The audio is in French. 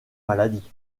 maladies